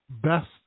best